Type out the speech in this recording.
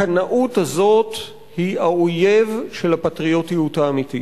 הקנאות הזאת היא האויב של הפטריוטיות האמיתית.